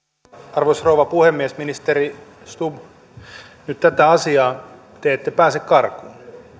arvoisa rouva puhemies ministeri stubb nyt tätä asiaa te ette pääse karkuun